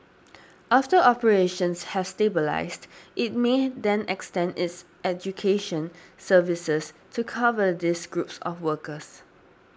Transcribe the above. after operations have stabilised it may then extend its education services to cover these groups of workers